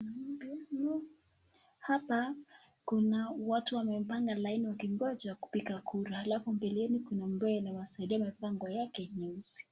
Hapa kuna watu ambayo wamepanga laini wakimgoja ya kupiga kura mbeleni kuna ambaye anawasaidia anavaa nguo yake jeusi.